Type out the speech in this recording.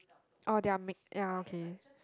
oh they're make ya okay